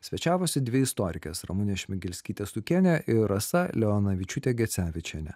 svečiavosi dvi istorikės ramunės šmigelskytės stukienės ir rasa leonavičiūtė gecevičienė